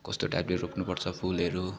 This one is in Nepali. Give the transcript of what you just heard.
कस्तो टाइपले रोप्नुपर्छ फुलहरू